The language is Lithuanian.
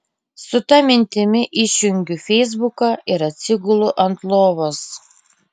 su ta mintimi išjungiu feisbuką ir atsigulu ant lovos